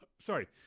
Sorry